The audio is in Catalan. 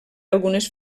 algunes